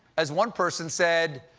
as one person said,